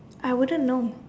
I wouldn't know